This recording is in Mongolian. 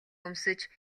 өмсөж